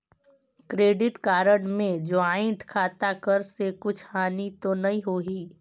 Credit card मे joint खाता कर से कुछ हानि तो नइ होही?